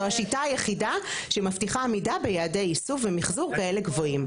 זו השיטה היחידה שמבטיחה עמידה ביעדי איסוף ומחזור כאלה גבוהים.